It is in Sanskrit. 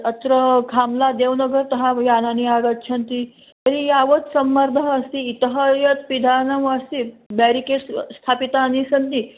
अत्र खाम्ला देवनगरतः यानानि आगच्छन्ति तर्हि यावद् सम्मर्दः अस्ति इतः यत् पिधानमस्ति बेरिकेट्स् स्थापितानि सन्ति